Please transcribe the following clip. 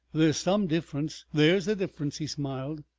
there's some difference there's a difference. he smiled,